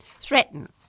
threaten